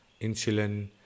insulin